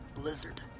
blizzard